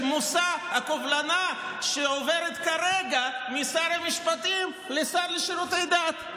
של מושא הקובלנה שעוברת כרגע משר המשפטים לשר לשירותי דת.